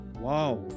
Wow